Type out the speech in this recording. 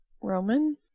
Roman